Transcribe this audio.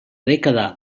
dècada